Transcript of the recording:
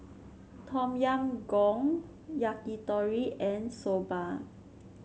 Tom Yam Goong Yakitori and Soba